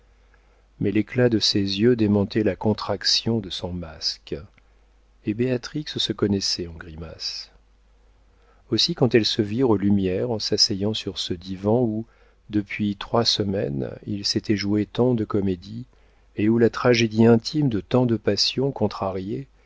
mais l'éclat de ses yeux démentait la contraction de son masque et béatrix se connaissait en grimaces aussi quand elles se virent aux lumières en s'asseyant sur ce divan où depuis trois semaines il s'était joué tant de comédies et où la tragédie intime de tant de passions contrariées